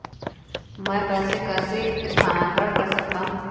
मैं पैसे कैसे स्थानांतरण कर सकता हूँ?